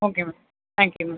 okay ma'am thank you ma'am